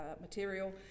material